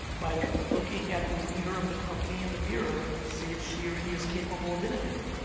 by looking at the leader of the company in the mirror and see if she or he is capable of innovating.